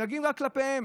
נגיב רק כלפיהם.